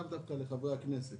לאו דווקא לחברי הכנסת.